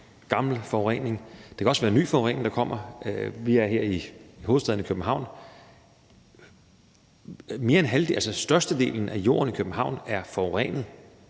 det kan også være en ny forurening, der kommer. Vi er her i hovedstaden, i København, og størstedelen af jorden i København er forurenet.